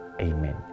Amen